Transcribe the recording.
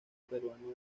peruano